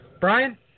Brian